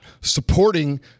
supporting